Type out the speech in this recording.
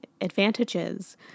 advantages